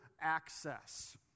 access